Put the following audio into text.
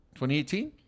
2018